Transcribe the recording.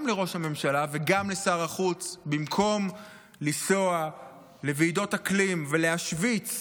גם לראש הממשלה וגם לשר החוץ: במקום לנסוע לוועידות אקלים ולהשוויץ